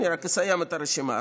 רק אסיים את הרשימה.